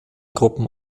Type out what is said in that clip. gruppen